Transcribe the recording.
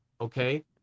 okay